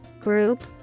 group